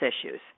issues